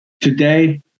today